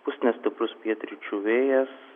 pūs nestiprus pietryčių vėjas